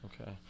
Okay